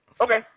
Okay